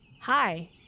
Hi